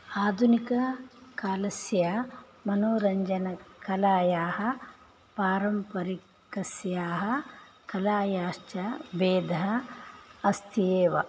आधुनिककालस्य मनोरञ्जनकलायाः पारम्परिकस्याः कलायाश्च भेदः अस्ति एव